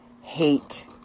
hate